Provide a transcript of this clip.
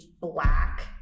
black